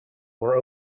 were